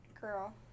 girl